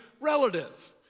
relative